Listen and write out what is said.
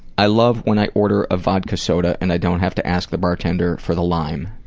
i love when i order a vodka soda and i don't have to ask the bartender for the lime.